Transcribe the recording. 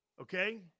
Okay